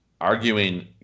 arguing